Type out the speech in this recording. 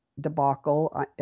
debacle